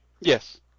Yes